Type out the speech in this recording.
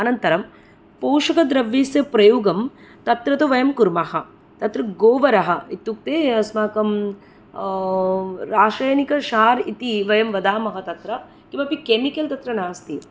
अनन्तरं पोषकद्रव्यस्य प्रयोगं तत्र तु वयं कुर्मः तत्र गोवर इत्युक्ते अस्माकं रासायनिक शार् इति वयं वदामः तत्र किमपि केमिकल् तत्र नास्ति